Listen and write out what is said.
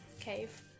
cave